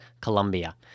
Colombia